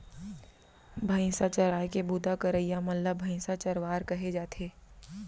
भईंसा चराए के बूता करइया मन ल भईंसा चरवार कहे जाथे